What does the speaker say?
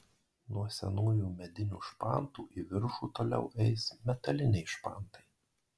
nuo senųjų medinių špantų į viršų toliau eis metaliniai špantai